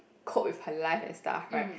cope with her life and stuff right